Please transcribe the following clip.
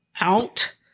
out